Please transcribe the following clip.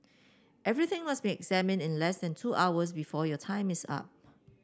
everything must be examined in less and two hours before your time is up